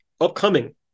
Upcoming